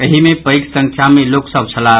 एहि मे पैघ संख्या मे लोक सभ छलाह